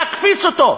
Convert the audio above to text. להקפיץ אותו.